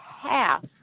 half